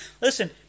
Listen